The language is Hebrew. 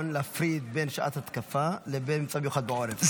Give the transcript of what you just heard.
להפריד בין שעת התקפה לבין מצב מיוחד בעורף.